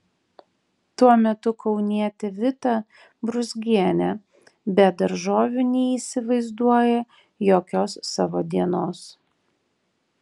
tuo metu kaunietė vita brūzgienė be daržovių neįsivaizduoja jokios savo dienos